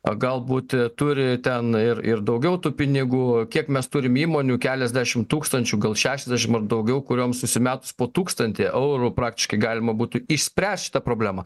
a galbūt turi ten ir ir daugiau tų pinigų kiek mes turim įmonių keliasdešimt tūkstančių gal šešiasdešimt ar daugiau kurioms susimetus po tūkstantį eurų praktiškai galima būtų išspręst šitą problemą